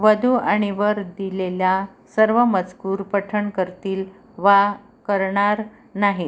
वधू आणि वर दिलेला सर्व मजकूर पठण करतील वा करणार नाहीत